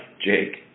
Jake